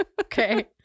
Okay